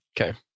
okay